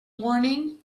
morning